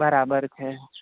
બરાબર છે